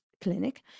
clinic